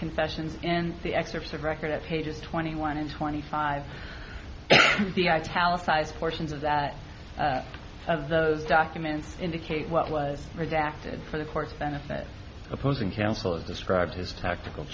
confession in the excerpts of record at pages twenty one and twenty five the italics sized portions of that of those documents indicate what was redacted for the ct benefit opposing counsel described his tactical